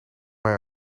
mij